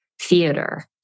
theater